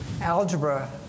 Algebra